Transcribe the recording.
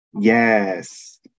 Yes